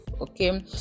okay